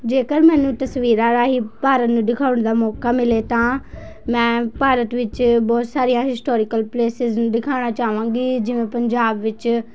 ਜੇਕਰ ਮੈਨੂੰ ਤਸਵੀਰਾਂ ਰਾਹੀਂ ਭਾਰਤ ਨੂੰ ਦਿਖਾਉਣ ਦਾ ਮੌਕਾ ਮਿਲੇ ਤਾਂ ਮੈਂ ਭਾਰਤ ਵਿੱਚ ਬਹੁਤ ਸਾਰੀਆਂ ਹਿਸਟੋਰਿਕਲ ਪਲੇਸਿਸ ਨੂੰ ਦਿਖਾਉਣਾ ਚਾਹਵਾਂਗੀ ਜਿਵੇਂ ਪੰਜਾਬ ਵਿੱਚ